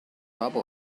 rahul